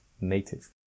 Native